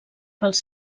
pels